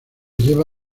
lleva